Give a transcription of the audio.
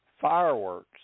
fireworks